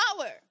power